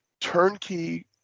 turnkey